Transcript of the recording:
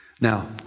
Now